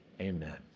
amen